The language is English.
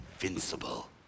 invincible